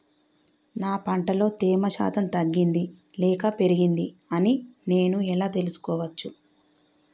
నా పంట లో తేమ శాతం తగ్గింది లేక పెరిగింది అని నేను ఎలా తెలుసుకోవచ్చు?